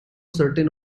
certain